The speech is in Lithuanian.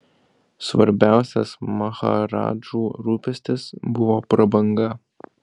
svarbiausias maharadžų rūpestis buvo prabanga